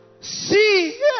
See